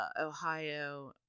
Ohio